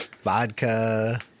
Vodka